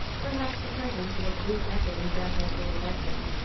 perhaps the presence of a blue jacket in grandpa's little bedroom,